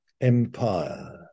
empire